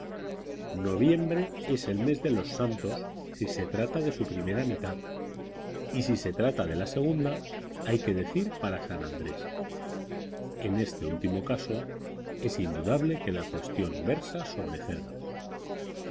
noviembre es el mes de los santos si se trata de su primera mitad y si se trata de la segunda hay que decir para san andrés en este último caso es indudable que la cuestión versa sobre cerdos